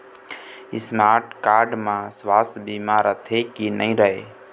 Smart card म सुवास्थ बीमा रथे की नई रहे?